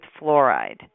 fluoride